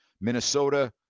Minnesota